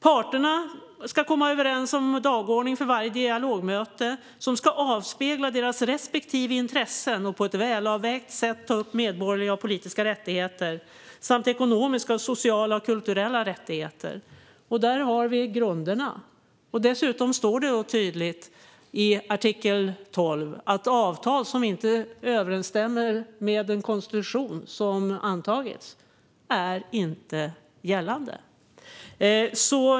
Parterna ska komma överens om en dagordning för varje dialogmöte som ska avspegla deras respektive intressen och på ett välavvägt sätt ta upp medborgerliga och politiska rättigheter samt ekonomiska, sociala och kulturella rättigheter. Där har vi grunderna. Dessutom står det tydligt i artikel 12 att avtal som inte överensstämmer med den konstitution som antagits inte är gällande.